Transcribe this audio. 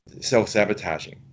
self-sabotaging